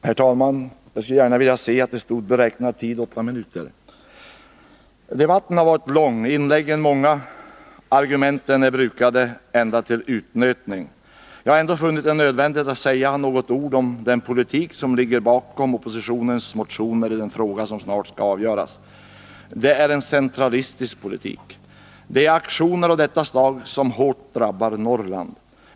Herr talman! Jag skulle gärna se att jag var upptagen för en talartid på åtta minuter i stället för fem. Debatten har varit lång, inläggen många och argumenten brukade till utnötning. Jag har ändå funnit det nödvändigt att säga några ord om den politik som ligger bakom oppositionens motioner i den fråga som snart skall avgöras. Det är en centralistisk politik. Det är aktioner av detta slag som hårt drabbar Norrland.